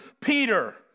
Peter